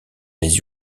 des